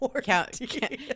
Count